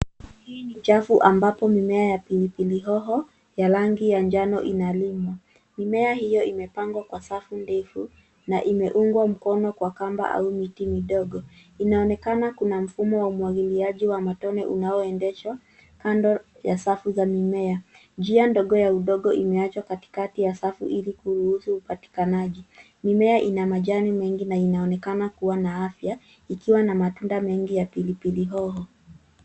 Hii ni chafu ambapo mimea ya pilipili hoho ya rangi ya njano inalimwa. Mimea hiyo imepangwa kwa safu ndefu na imeungwa mkono kwa kamba au miti midogo. Inaonekana kuna mfumo wa umwagiliaji wa matone unaoendeshwa kando ya safu za mimea. Njia ndogo ya udongo imeachwa katikati ya safu ili kuruhusu upatikanaji. Mimea ina majani mengi na inaonekana kuwa na afya ikiwa na matunda mengi ya pilipili hoho.